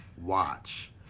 Watch